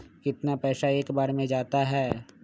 कितना पैसा एक बार में जाता है?